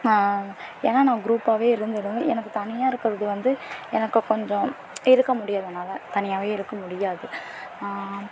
ஏன்னால் நான் குரூப்பாகவே இருந்துதான் எனக்கு தனியாக இருக்கிறது வந்து எனக்கு கொஞ்சம் இருக்க முடியாது என்னால் தனியாகவே இருக்க முடியாது